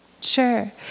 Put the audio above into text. Sure